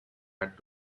had